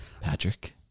Patrick